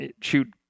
shoot